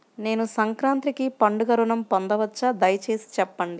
నేను సంక్రాంతికి పండుగ ఋణం పొందవచ్చా? దయచేసి చెప్పండి?